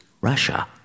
Russia